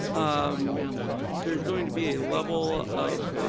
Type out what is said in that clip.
um there's going to be a level of.